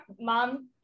mom